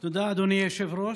תודה, אדוני היושב-ראש.